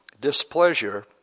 displeasure